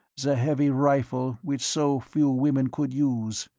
the heavy rifle which so few women could use.